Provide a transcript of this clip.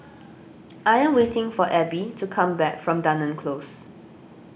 I am waiting for Abbey to come back from Dunearn Close